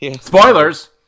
Spoilers